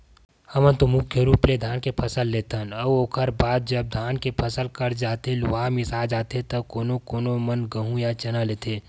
हमन तो मुख्य रुप ले धान के फसल लेथन अउ ओखर बाद जब धान के फसल कट जाथे लुवा मिसा जाथे त कोनो कोनो मन गेंहू या चना लेथे